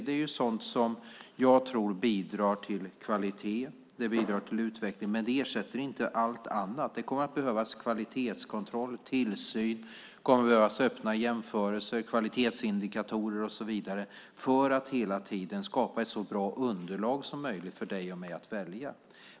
Det är sådant som jag tror bidrar till kvalitet och utveckling, men det ersätter inte allt annat. Det kommer att behövas kvalitetskontroll, tillsyn, öppna jämförelser, kvalitetsindikatorer och så vidare för att hela tiden skapa ett så bra underlag som möjligt för dig och mig att välja.